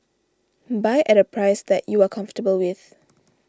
buy at a price that you are comfortable with